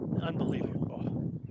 unbelievable